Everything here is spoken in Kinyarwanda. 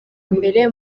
mbere